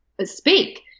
speak